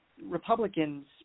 Republicans